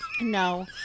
No